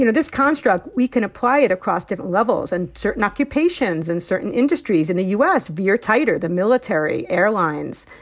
you know this construct, we can apply it across different levels and certain occupations and certain industries in the u s. veer tighter the military, airlines,